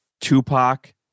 Tupac